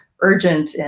urgent